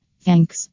Thanks